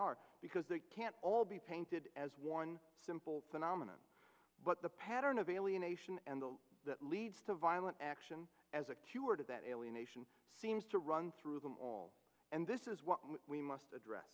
are because they can't all be painted as one simple phenomena but the pattern of alienation and the that leads to violent action as a cure to that alienation seems to run through them all and this is what we must